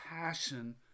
passion